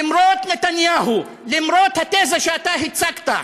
למרות נתניהו, למרות התזה שאתה הצגת.